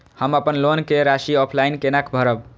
हम अपन लोन के राशि ऑफलाइन केना भरब?